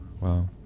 wow